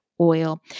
oil